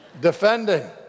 defending